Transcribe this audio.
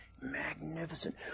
magnificent